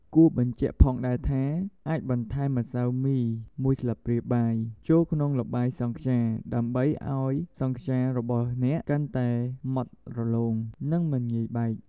គួរបញ្ជាក់ផងដែរថា អាចបន្ថែម ម្សៅមី ១ ស្លាបព្រាបាយ ចូលក្នុងល្បាយសង់ខ្យា ដើម្បីឲ្យសង់ខ្យារបស់អ្នកកាន់តែម៉ដ្ឋរលោង និងមិនងាយបែក។